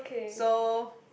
so